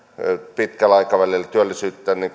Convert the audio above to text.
pitkällä aikavälillä työllisyyttä